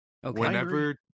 whenever